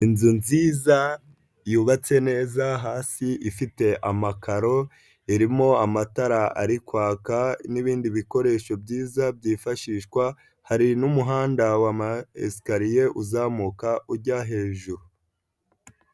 Inzu nziza yubatse neza hasi ifite amakaro ,irimo amatara ari kwaka n'ibindi bikoresho byiza byifashishwa, hari n'umuhanda wama esikariye uzamuka ujya hejuru.